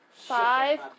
Five